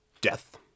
death